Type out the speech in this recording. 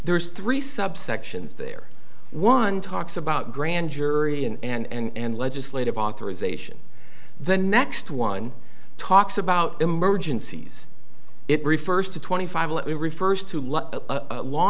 there's three subsections there one talks about grand jury and legislative authorization the next one talks about emergencies it refers to twenty five refers to let law